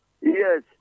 Yes